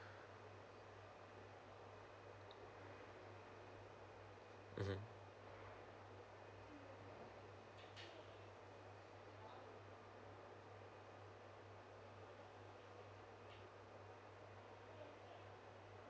mmhmm